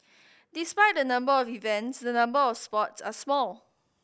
despite the number of events the number of sports are small